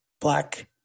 Black